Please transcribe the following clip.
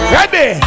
Ready